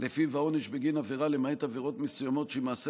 ולפיו העונש בגין עבירה (למעט עבירות מסוימות) שהיא מעשה